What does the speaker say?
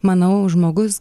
manau žmogus